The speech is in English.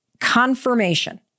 confirmation